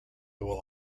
will